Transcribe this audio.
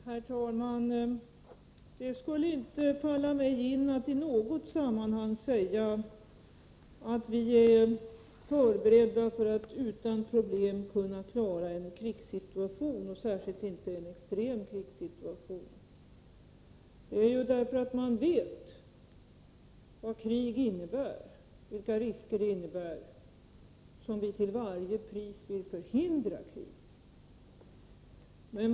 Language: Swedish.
Herr talman! Det skulle inte falla mig in att i något sammanhang säga att vi är förberedda för att utan problem kunna klara en krigssituation, särskilt inte en extrem krigssituation. Det är för att vi vet vilka risker krig innebär som vi till varje pris vill förhindra krig.